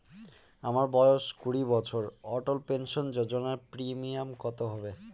আমার বয়স কুড়ি বছর অটল পেনসন যোজনার প্রিমিয়াম কত হবে?